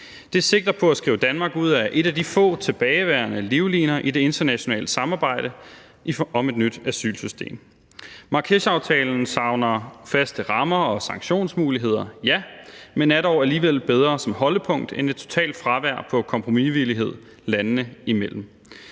Det sigter på at skrive Danmark ud af en af de få tilbageværende livliner i det internationale i samarbejde om et nyt asylsystem. Marrakeshaftalen savner faste rammer og sanktionsmuligheder, ja, men er dog alligevel bedre som holdepunkt end et totalt fravær af kompromisvillighed landene imellem.